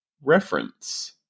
reference